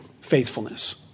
faithfulness